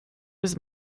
his